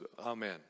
Amen